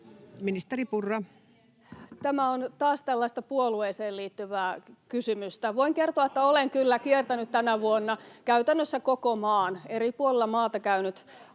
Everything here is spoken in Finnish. puhemies! Tämä on taas tällaista puolueeseen liittyvää kysymystä. Voin kertoa, että olen kyllä kiertänyt tänä vuonna käytännössä koko maan, eri puolilla maata olen